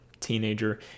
teenager